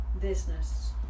business